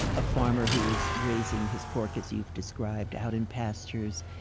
a farmer who is raising his pork as you've described out in pastures.